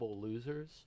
losers